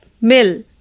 mill